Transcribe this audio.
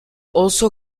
also